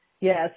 Yes